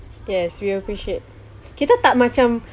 yes we appreciate kita tak macam